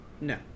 No